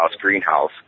greenhouse